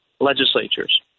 legislatures